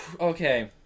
Okay